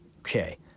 Okay